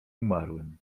umarłym